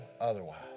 otherwise